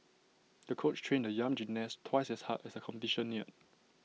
the coach trained the young gymnast twice as hard as A competition neared